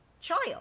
child